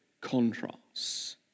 contrasts